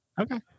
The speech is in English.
Okay